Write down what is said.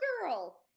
girl